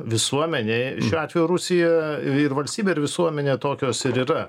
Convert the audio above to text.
visuomenė šiuo atveju rusija ir valstybė ir visuomenė tokios ir yra